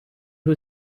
who